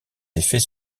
effets